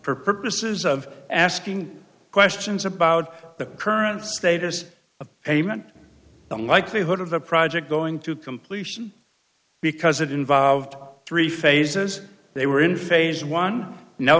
for purposes of asking questions about the current status of amun the likelihood of the project going to completion because it involved three phases they were in phase one n